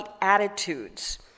attitudes